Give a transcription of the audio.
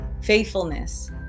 faithfulness